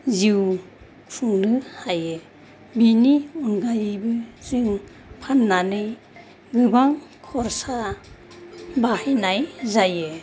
जिउ खुंनो हायो बिनि अनगायैबो जों फाननानै गोबां खरसा बाहायनाय जायो